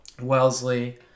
Wellesley